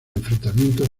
enfrentamientos